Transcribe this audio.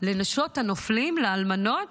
לנשות הנופלים, לאלמנות